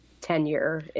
tenure